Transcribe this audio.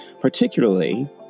particularly